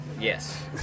Yes